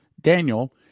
Daniel